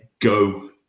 go